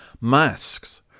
Masks